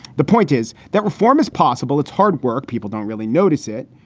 the point is that reform is possible. it's hard work. people don't really notice it.